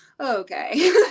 okay